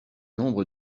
nombre